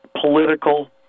political